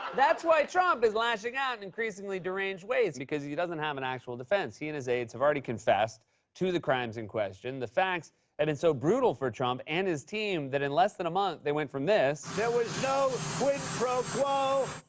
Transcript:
that's why trump is lashing out in increasingly deranged ways because he doesn't have an actual defense. he and his aides have already confessed to the crimes in question. the facts and have been so brutal for trump and his team that in less than a month, they went from this. there was no quid pro quo.